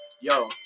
yo